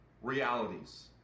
realities